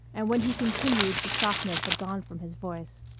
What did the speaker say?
and when he continued the softness had gone from his voice.